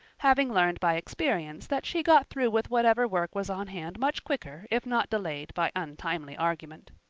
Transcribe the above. having learned by experience that she got through with whatever work was on hand much quicker if not delayed by untimely argument.